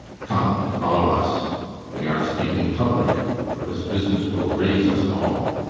come, follow us we are to speak in public for this business will raise us all.